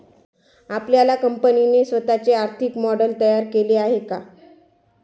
आपल्या कंपनीने स्वतःचे आर्थिक मॉडेल तयार केले आहे का?